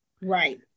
right